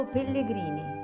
Pellegrini